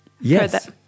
Yes